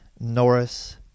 Norris